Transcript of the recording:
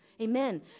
Amen